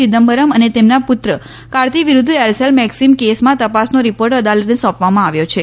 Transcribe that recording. ચિદમ્બરમ અને તેમના પુત્ર કાર્તિ વિરુધ્ધ એરસેલ મેકસીમ કેસમાં તપાસનો રીપોર્ટ અદાલતને સોંપવામાં આવ્યો છે